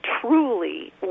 truly